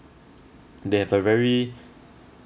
they have a very